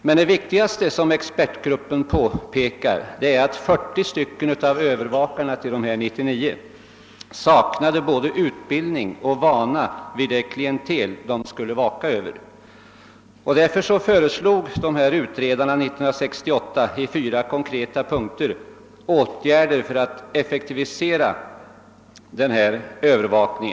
Men det viktigaste som expertgruppen påpekar är att 40 av hela gruppens samtliga övervakare saknade både utbildning och vana vid det klientel de skulle övervaka. Därför föreslog utredarna 1968 i fyra konkreta punkter åtgärder för att effektivisera denna övervakning.